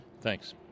Thanks